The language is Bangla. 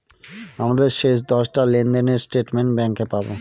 আমাদের শেষ দশটা লেনদেনের স্টেটমেন্ট ব্যাঙ্কে পাবো